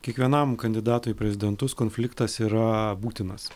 kiekvienam kandidatui į prezidentus konfliktas yra būtinas